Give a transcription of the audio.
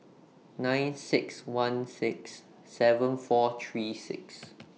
nine six one six seven four three six